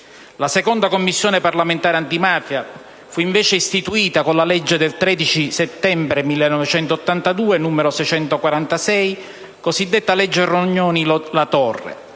La seconda Commissione parlamentare antimafia fu invece istituita con la legge del 13 settembre 1982, n. 646 (cosiddetta legge Rognoni-La Torre);